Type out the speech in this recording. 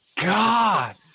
God